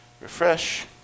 refresh